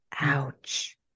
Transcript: Ouch